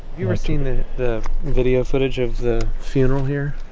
you ever seen the the video footage of the funeral here?